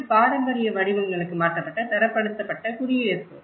இது பாரம்பரிய வடிவங்களுக்கு மாற்றப்பட்ட தரப்படுத்தப்பட்ட குடியிருப்பு